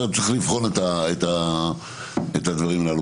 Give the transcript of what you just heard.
צריך לבחון את הדברים הללו.